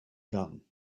gun